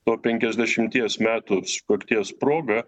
to penkiasdešimties metų sukakties proga